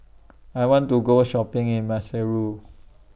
I want to Go Shopping in Maseru